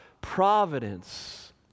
providence